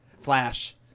Flash